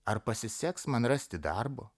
ar pasiseks man rasti darbo